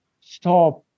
stop